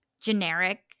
generic